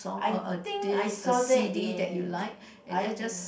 I think I saw that in I